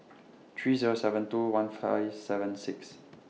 three Zero seven two one Fly seven six